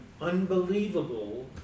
unbelievable